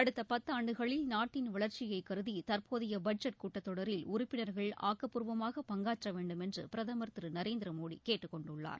அடுத்த பத்து ஆண்டுகளில் நாட்டின் வளர்ச்சியை கருதி தற்போதைய பட்ஜெட் கூட்டத்தொடரில் உறுப்பினர்கள் ஆக்கப்பூர்வமாக பங்காற்ற வேண்டுமென்று பிரதம் திரு நரேந்திரமோடி கேட்டுக் கொண்டுள்ளார்